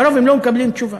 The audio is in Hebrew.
לרוב הם לא מקבלים תשובה.